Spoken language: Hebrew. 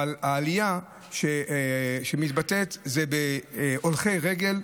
אבל העלייה באה לידי ביטוי בהולכי רגל,